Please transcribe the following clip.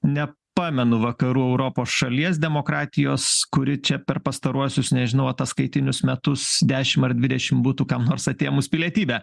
nepamenu vakarų europos šalies demokratijos kuri čia per pastaruosius nežinau ataskaitinius metus dešim ar dvidešim būtų kam nors atėmus pilietybę